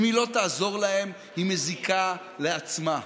אם היא לא תעזור להם, היא מזיקה לעצמה.